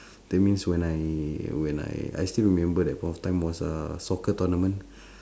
that means when I when I I still remember that point of time was a soccer tournament